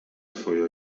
twoja